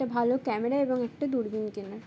একটা ভালো ক্যামেরা এবং একটা দূরবীন কেনা